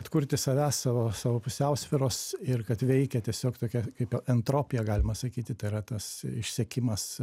atkurti savęs savo sau pusiausvyros ir kad veikia tiesiog tokia kaip entropija galima sakyti tai yra tas išsekimas